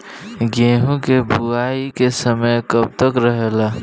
गेहूँ के बुवाई के समय कब तक रहेला?